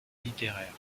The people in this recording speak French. littéraire